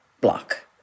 block